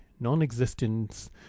non-existence